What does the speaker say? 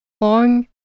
long